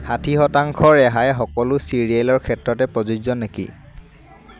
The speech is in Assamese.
ষাঠি শতাংশ ৰেহাই সকলো চিৰিয়েলৰ ক্ষেত্ৰতে প্ৰযোজ্য নেকি